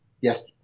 yes